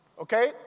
Okay